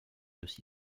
aussi